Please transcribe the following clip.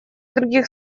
других